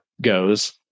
goes